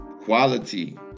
quality